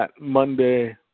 Monday